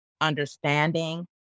understanding